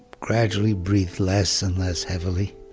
gradually breathed less and less heavily,